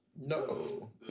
No